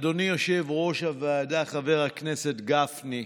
אדוני יושב-ראש הוועדה חבר הכנסת גפני,